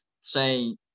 say